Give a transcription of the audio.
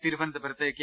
തിരുവ നന്തപുരത്ത് കെ